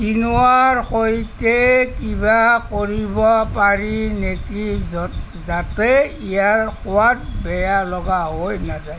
কিনোৱাৰ সৈতে কিবা কৰিব পাৰি নেকি য যাতে ইয়াৰ সোৱাদ বেয়া লগা হৈ নাযায়